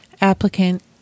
applicant